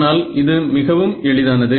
ஆனால் இது மிகவும் எளிதானது